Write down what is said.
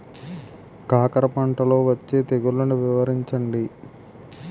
కాకర పంటలో వచ్చే తెగుళ్లను వివరించండి?